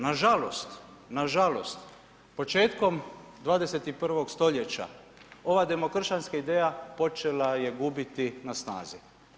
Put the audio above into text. Nažalost, nažalost početkom 21. stoljeća ova demokršćanska ideja počela je gubiti na snazi.